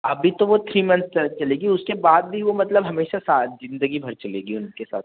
अभी तो वो थ्री मंथ चलेगी उसके बाद भी वो मतलब हमेशा साथ ज़िन्दगीभर चलेगी उनके साथ